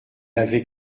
avait